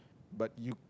but you